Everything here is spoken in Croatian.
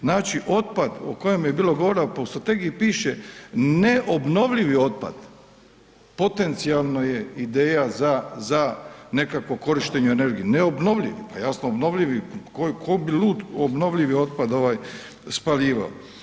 Znači otpad o kojem je bilo govora, po strategiji piše, neobnovljivi otpad potencijalna je ideja za nekakvo korištenje energije, neobnovljivi, pa jasno obnovljivi, ko bi lud obnovljivi otpad spaljivao.